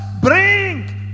bring